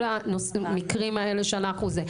כל המקרים שאנחנו רואים.